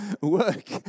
work